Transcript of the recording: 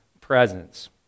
presence